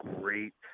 great